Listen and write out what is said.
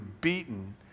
beaten